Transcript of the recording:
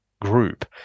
group